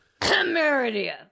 Meridia